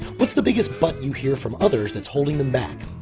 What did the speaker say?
what's the biggest but you hear from others that's holding them back?